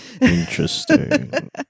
Interesting